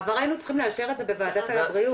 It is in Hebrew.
בעבר היינו צריכים לאשר את זה בוועדת הבריאות.